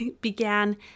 began